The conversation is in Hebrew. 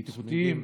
בטיחותיים.